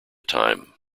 time